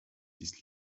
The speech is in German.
dies